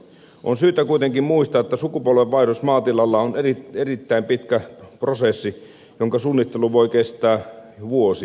on syytä kuitenkin muistaa että sukupolvenvaihdos maatilalla on erittäin pitkä prosessi jonka suunnittelu voi kestää vuosia